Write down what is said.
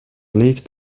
liegt